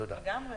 לגמרי.